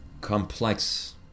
complex